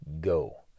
go